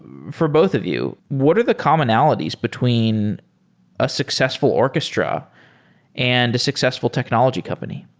for both of you, what are the commonalities between a successful orchestra and a successful technology company?